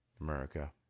America